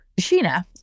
Sheena